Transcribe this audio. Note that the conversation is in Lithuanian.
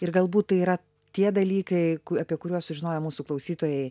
ir galbūt tai yra tie dalykai apie kuriuos sužinoję mūsų klausytojai